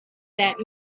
that